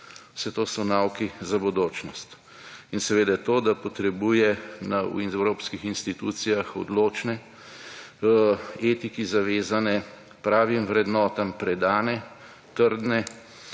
Vse to so nauki za bodočnost. In seveda to, da potrebuje iz evropskih institucijah odločne etiki zavezane pravim vrednotam predane, trdne